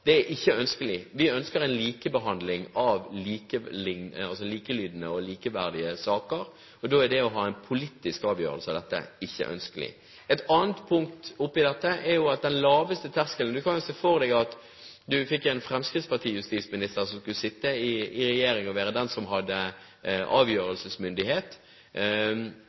Det er ikke ønskelig. Vi ønsker en likebehandling av likelydende og likeverdige saker, og da er det å ha en politisk avgjørelse av dette ikke ønskelig. Et annet punkt er den lave terskelen. Du kan jo se for deg at du får en fremskrittspartijustisminister som skal sitte i regjering og være den som har avgjørelsesmyndighet.